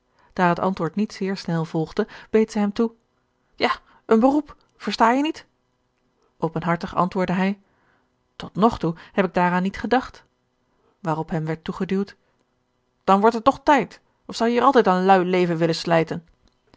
daar het antwoord niet zeer snel volgde beet zij hem toe ja een beroep versta je niet openhartig antwoordde hij tot nog toe heb ik daaraan niet gedacht waarop hem werd toegeduwd dan george een ongeluksvogel wordt het toch tijd of zou je hier altijd een lui leven willen slijten